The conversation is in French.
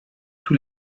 tous